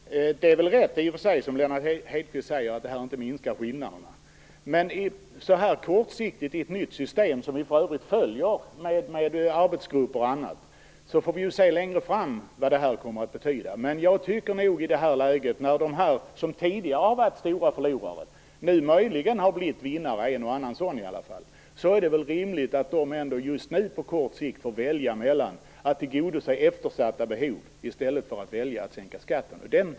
Fru talman! Det är väl i och för sig rätt, som Lennart Hedquist säger, att det här inte minskar skillnaderna. Men det gäller kortsiktigt i ett nytt system, som vi för övrigt följer i arbetsgrupper och på annat sätt, och vi får längre fram se vad det kommer att betyda. I det här läget, när åtminstone en och annan av dem som tidigare har varit stora förlorare möjligen har blivit vinnare, tycker jag att det vore rimligt att dessa kommuner just nu på kort sikt får välja mellan att tillgodose eftersatta behov och att sänka skatten.